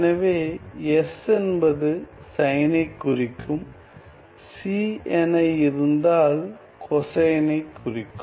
எனவே s என்பது சைனைக் குறிக்கும் c என இருந்தால் கொசைனைக் குறிக்கும்